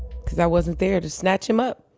cause i wasn't there to snatch him up